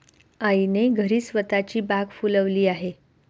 आईने घरीच स्वतःची बाग फुलवली आहे